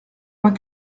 vingt